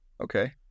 Okay